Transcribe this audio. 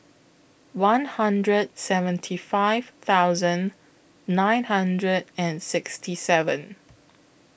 one hundred seventy five thousand nine hundred and sixty seven